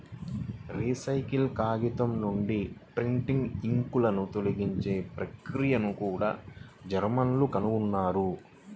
recycle కాగితం నుండి printing ఇంక్లను తొలగించే ప్రక్రియను కూడా జర్మన్లు కనుగొన్నారు